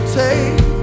take